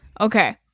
Okay